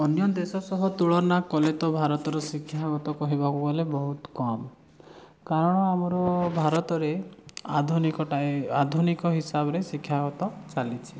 ଅନ୍ୟ ଦେଶ ସହ ତୁଳନା କଲେ ତ ଭାରତର ଶିକ୍ଷାଗତ କହିବାକୁ ଗଲେ ବହୁତ କମ୍ କାରଣ ଆମର ଭାରତରେ ଆଧୁନିକଟାଏ ଆଧୁନିକ ହିସାବରେ ଶିକ୍ଷାଗତ ଚାଲିଛି